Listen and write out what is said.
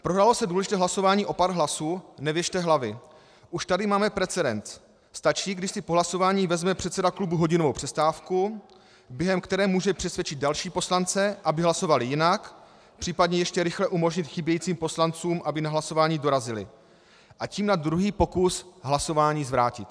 Prohrálo se důležité hlasování o pár hlasů nevěšte hlavy, už tady máme precedens, stačí, když si po hlasování vezme předseda klubu hodinovou přestávku, během které může přesvědčit další poslance, aby hlasovali jinak, případně ještě rychle umožnit chybějícím poslancům, aby na hlasování dorazili, a tím na druhý pokus hlasování zvrátit.